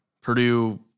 Purdue –